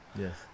Yes